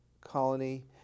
colony